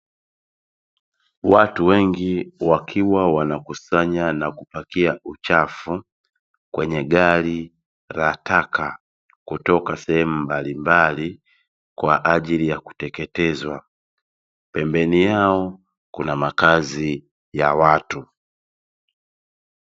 Watu wengi wakiwa wanakusanya na kupakia uchafu kwenye gari la taka kutoka sehemu mbalimbali kwa ajili ya kuteketezwa. Pembeni yao kuna makazi ya watu.